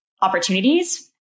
opportunities